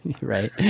right